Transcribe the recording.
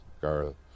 girl